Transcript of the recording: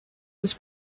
was